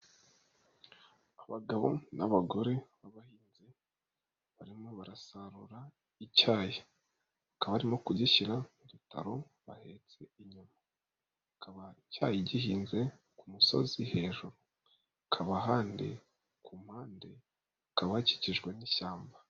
Abagabo n'abagore b'abahinzi, barimo barasarura icyayi, bakaba barimo kugishyira mu bitaro bahetse in inyuma, bakaba icyayi gihinze ku musozi hejuru, haba ahandi ku mpande, hakaba hakikijwe n'ishyamba.